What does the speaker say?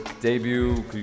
debut